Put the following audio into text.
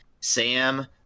Sam